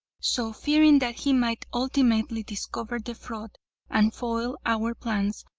so, fearing that he might ultimately discover the fraud and foil our plans,